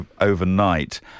overnight